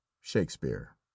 Shakespeare